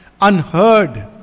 Unheard